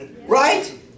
Right